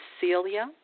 Celia